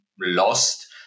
lost